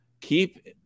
keep